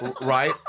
Right